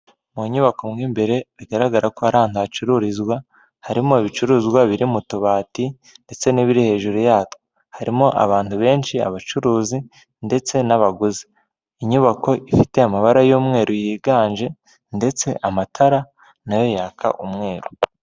Mu nyubako mo imbere bigaragara ko ari ahantu hacururizwa, harimo ibicuruzwa biri mu tubati ndetse n'ibiri hejuru yatwo, harimo abantu benshi, abacuruzi ndetse n'abaguzi, inyubako ifite amabara y'umweru yiganje ndetse amatara nayo yaka umweru.